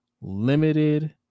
limited